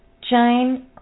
Jane